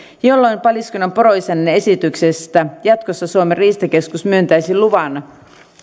jolloin paliskunnan poroisännän esityksestä jatkossa suomen riistakeskus myöntäisi